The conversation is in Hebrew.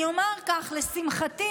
אני אומר כך: לשמחתי,